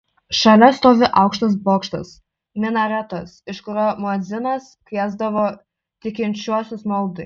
šalia stovi aukštas bokštas minaretas iš kurio muedzinas kviesdavo tikinčiuosius maldai